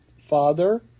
Father